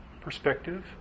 perspective